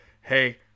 hey